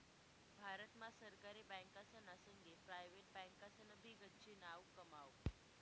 भारत मा सरकारी बँकासना संगे प्रायव्हेट बँकासनी भी गच्ची नाव कमाव